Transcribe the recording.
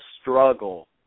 struggle